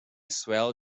swell